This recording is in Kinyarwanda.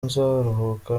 nzaruhuka